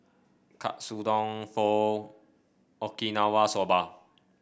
Katsudon Pho Okinawa Soba